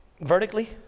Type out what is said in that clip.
vertically